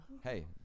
Hey